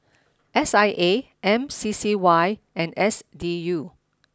S I A M C C Y and S D U